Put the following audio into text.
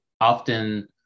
often